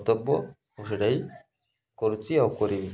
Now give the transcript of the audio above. କର୍ତ୍ତବ୍ୟ ସେଟାଇ କରୁଛି ଆଉ କରିବି